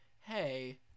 hey